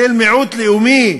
כאל מיעוט לאומי.